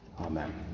Amen